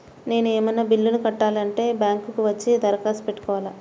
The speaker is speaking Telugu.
నేను ఏమన్నా బిల్లును కట్టాలి అంటే బ్యాంకు కు వచ్చి దరఖాస్తు పెట్టుకోవాలా?